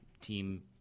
team